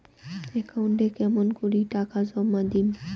একাউন্টে কেমন করি টাকা জমা দিম?